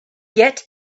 get